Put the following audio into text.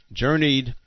journeyed